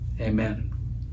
amen